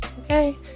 okay